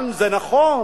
אבל זה נכון,